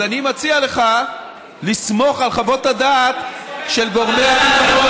אז אני מציע לך לסמוך על חוות הדעת של גורמי הביטחון,